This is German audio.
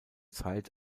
zeit